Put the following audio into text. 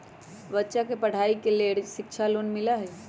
बच्चा के पढ़ाई के लेर शिक्षा लोन मिलहई?